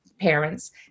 parents